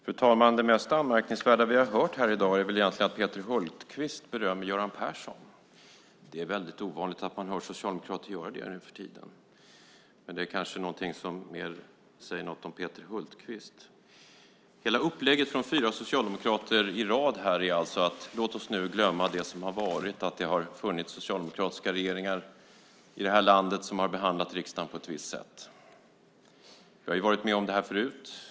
Fru talman! Det mest anmärkningsvärda vi har hört här i dag är väl egentligen att Peter Hultqvist berömmer Göran Persson. Det är väldigt ovanligt att man hör socialdemokrater göra det nu för tiden. Men det kanske säger något om Peter Hultqvist. Hela upplägget från fyra socialdemokrater i rad är alltså att vi nu ska glömma det som har varit, att det har funnits socialdemokratiska regeringar i det här landet som har behandlat riksdagen på ett visst sätt. Vi har varit med om detta förut.